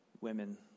women